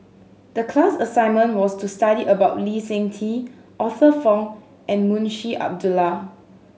the class assignment was to study about Lee Seng Tee Arthur Fong and Munshi Abdullah